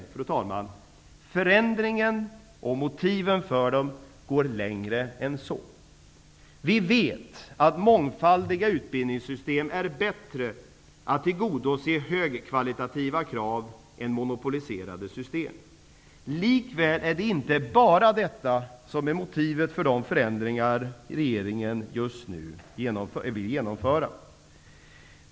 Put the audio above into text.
Men, fru talman, förändringarna och motiven för dem går längre än så. Vi vet att utbildningssystem med mångfald bättre tillgodoser krav på hög kvalitet än vad monopoliserade system gör. Likväl är det inte bara detta som motiverar de förändringar som regeringen just nu vill genomföra.